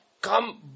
Come